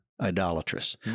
Idolatrous